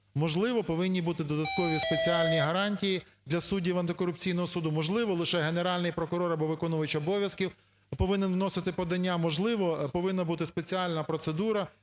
Можливо, повинні бути додаткові спеціальні гарантії для суддів антикорупційного суду, можливо лише Генеральний прокурор або виконувач обов'язків повинен вносити подання, можливо, повинна бути спеціальна процедура.